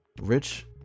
rich